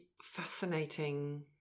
fascinating